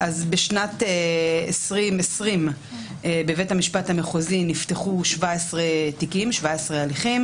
בשנת 2020 בבית המשפט המחוזי נפתחו 17 הליכים.